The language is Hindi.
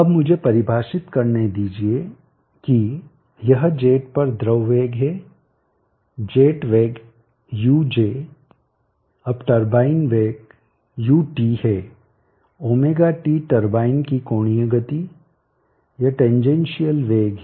अब मुझे परिभाषित करने दीजिए कि यह जेट पर द्रव वेग है जेट वेग uj अब टरबाइन वेग ut है ωt टरबाइन की कोणीय गति यह टेनजेनशिअल वेग है